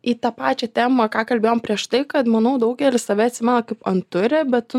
į tą pačią temą ką kalbėjom prieš tai kad manau daugelis tave atsimena kaip anturi bet tu